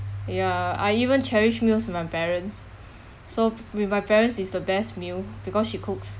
ya I even cherish meals with my parents so w~ with my parents is the best meal because she cooks